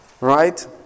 right